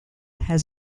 has